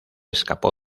escapó